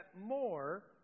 more